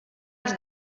els